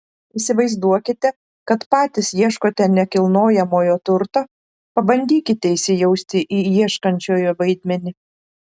įsivaizduokite kad patys ieškote nekilnojamojo turto pabandykite įsijausti į ieškančiojo vaidmenį